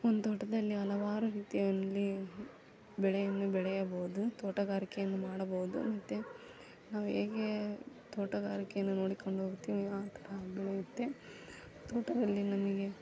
ಒಂದು ತೋಟದಲ್ಲಿ ಹಲವಾರು ರೀತಿಯಲ್ಲಿ ಬೆಳೆಯನ್ನು ಬೆಳೆಯಬೋದು ತೋಟಗಾರಿಕೆಯನ್ನು ಮಾಡಬೋದು ಮತ್ತೆ ನಾವು ಹೇಗೆ ತೋಟಗಾರಿಕೆಯನ್ನು ನೋಡಿಕೊಂಡು ಹೋಗುತ್ತೀವಿ ಆ ಥರ ಬೆಳೆಯುತ್ತೆ ತೋಟದಲ್ಲಿ ನಮಗೆ